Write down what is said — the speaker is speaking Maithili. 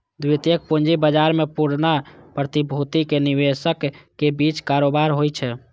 द्वितीयक पूंजी बाजार मे पुरना प्रतिभूतिक निवेशकक बीच कारोबार होइ छै